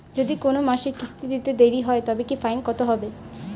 যদি কোন মাসে কিস্তি দিতে দেরি হয় তবে কি ফাইন কতহবে?